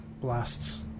blasts